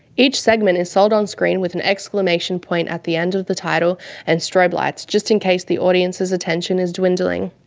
each segment is sold on screen with an exclamation point at the end of the title and strobe lights, just in case the audience's attention is dwindling.